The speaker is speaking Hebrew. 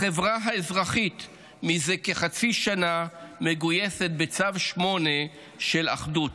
החברה האזרחית מזה כחצי שנה מגויסת בצו 8 של אחדות,